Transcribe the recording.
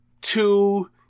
two